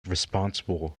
responsible